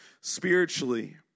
spiritually